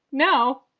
no.